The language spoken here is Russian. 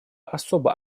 особо